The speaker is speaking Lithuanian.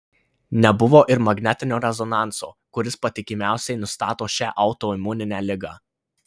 nebuvo ir magnetinio rezonanso kuris patikimiausiai nustato šią autoimuninę ligą